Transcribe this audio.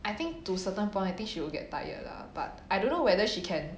I think to certain point I think she will get tired lah but I don't know whether she can